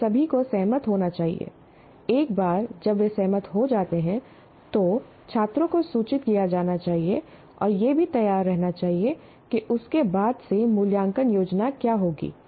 उन सभी को सहमत होना चाहिए एक बार जब वे सहमत हो जाते हैं तो छात्रों को सूचित किया जाना चाहिए और यह भी तैयार रहना चाहिए कि उसके बाद से मूल्यांकन योजना क्या होगी